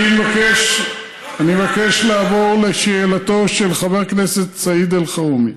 אני מבקש לעבור לשאלתו של חבר הכנסת סעיד אלחרומי.